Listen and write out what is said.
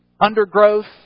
undergrowth